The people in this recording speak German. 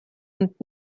und